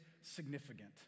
significant